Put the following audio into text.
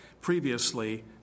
previously